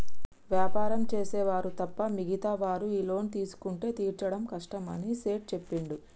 వ్యాపారం చేసే వారు తప్ప మిగతా వారు ఈ లోన్ తీసుకుంటే తీర్చడం కష్టమని సేట్ చెప్పిండు